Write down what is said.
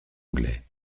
anglais